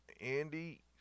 Andy